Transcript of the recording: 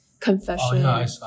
confession